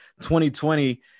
2020